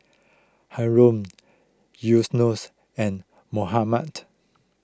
Haron Yunos and Muhammad